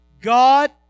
God